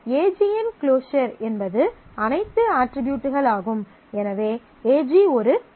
AG இன் closure என்பது அனைத்து அட்ரிபியூட்களாகும் எனவே AG ஒரு கீ